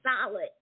solid